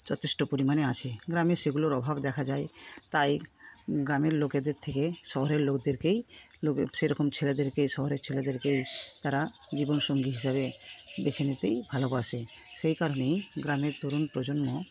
যথেষ্ট পরিমাণে আছে গ্রামে সেগুলোর অভাব দেখা যায় তাই গ্রামের লোকেদের থেকে শহরের লোকদেরকেই লোকে সেরকম ছেলেদেরকে শহরের ছেলেদেরকে তারা জীবনসঙ্গী হিসেবে বেছে নিতেই ভালোবাসে সেই কারণেই গ্রামের তরুণ প্রজন্ম